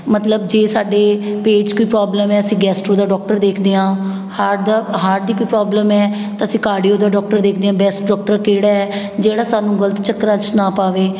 ਮਤਲਬ ਜੇ ਸਾਡੇ ਪੇਟ 'ਚ ਕੋਈ ਪ੍ਰੋਬਲਮ ਹੈ ਅਸੀਂ ਗੈਸਟਰੋ ਦਾ ਡੋਕਟਰ ਦੇਖਦੇ ਹਾਂ ਹਾਰਟ ਹਾਰਟ ਦੀ ਕੋਈ ਪ੍ਰੋਬਲਮ ਹੈ ਤਾਂ ਅਸੀਂ ਕਾਰਡੀਓ ਦਾ ਡੋਕਟਰ ਦੇਖਦੇ ਹਾਂ ਬੈਸਟ ਡੋਕਟਰ ਕਿਹੜਾ ਹੈ ਜਿਹੜਾ ਸਾਨੂੰ ਗਲਤ ਚੱਕਰਾ 'ਚ ਨਾ ਪਾਵੇ